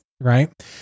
right